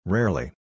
Rarely